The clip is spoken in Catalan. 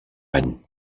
any